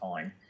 time